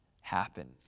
happen